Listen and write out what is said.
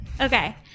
Okay